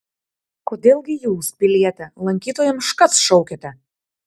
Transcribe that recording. kodėl gi jūs piliete lankytojams škac šaukiate